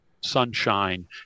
Sunshine